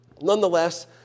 Nonetheless